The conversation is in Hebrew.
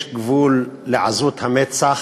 יש גבול לעזות המצח,